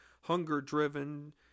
hunger-driven